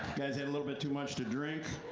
guy's had a little bit too much to drink.